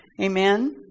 Amen